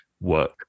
work